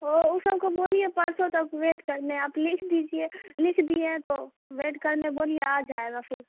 اوہ او سب کو بولیے پرسو تک ویٹ کرنے آپ لکھ دیجیے لکھ دیے ہیں تو ویٹ کرنے بولیے آ جائے غا پھر